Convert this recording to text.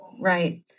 Right